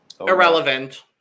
Irrelevant